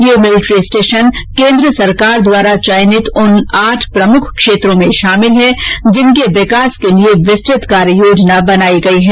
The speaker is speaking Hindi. यह मिलिट्री स्टेशन केन्द्र सरकार द्वारा चयनित उन आठ प्रमुख क्षेत्रों में शामिल है जिसके विकास के लिए विस्तुत कार्ययोजना बनाई गई है